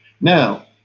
Now